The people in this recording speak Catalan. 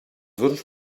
dos